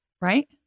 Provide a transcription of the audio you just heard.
right